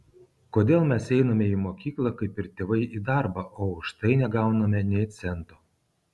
kodėl mes einame į mokyklą kaip ir tėvai į darbą o už tai negauname nė cento